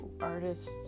artists